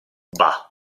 bah